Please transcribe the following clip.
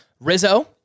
Rizzo